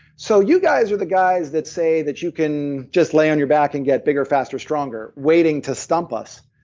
so you guys are the guys that say that you can just lay on your back and get bigger, faster, stronger, waiting to stump us.